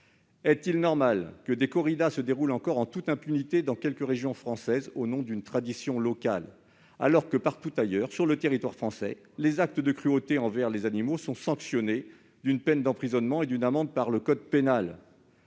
Est-il normal que des corridas se déroulent encore en toute impunité dans des régions françaises, au nom de traditions locales, alors que partout ailleurs, sur le territoire français, les actes de cruauté envers les animaux sont sanctionnés d'une peine d'emprisonnement et d'une amende par le code pénal ?